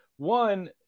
One